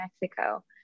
Mexico